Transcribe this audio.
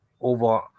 over